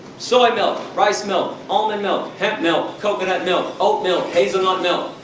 soy milk, rice milk, almond milk, hemp milk, coconut milk, oat milk, hazelnuts milk.